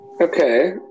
Okay